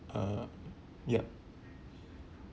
uh yup